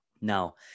Now